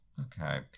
Okay